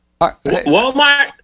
Walmart